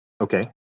Okay